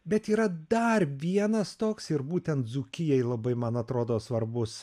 bet yra dar vienas toks ir būtent dzūkijai labai man atrodo svarbus